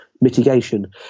mitigation